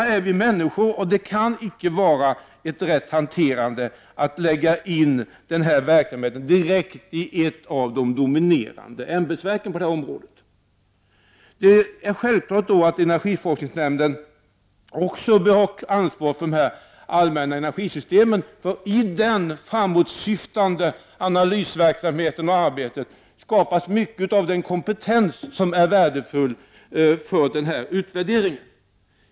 Vi är alla människor, och det kan icke vara ett riktigt hanterande att lägga denna verksamhet direkt i ett av de dominerande ämbetsverken på det här området. Självfallet bör energiforskningsnämnden också ha ansvar för de allmänna energisystemen, för i den framåtsyftande analysverksamheten skapas mycket av den kompetens som är värdefull vid utvärderingsarbetet.